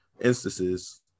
Instances